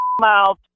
mouth